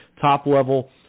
top-level